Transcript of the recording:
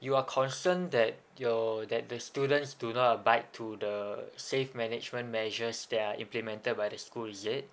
you are concerned that your that the students do not abide to the safe management measures that are implemented by the school is it